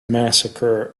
massacre